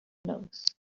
nose